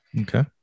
Okay